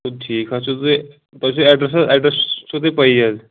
چلو ٹھیٖک حظ چھُ تہٕ تُہۍ چھُو ایڈرَس حظ ایٚڈرَس چھُو تۄہہِ پَیی حظ